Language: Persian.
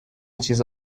چیز